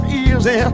easy